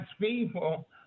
people